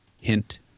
hint